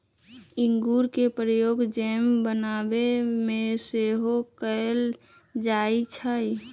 इंगूर के प्रयोग जैम बनाबे में सेहो कएल जाइ छइ